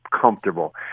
comfortable